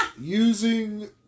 using